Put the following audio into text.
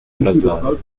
traslado